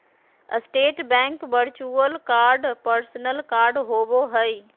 state bank virtual card personal card होबो हइ